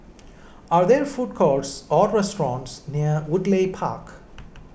are there food courts or restaurants near Woodleigh Park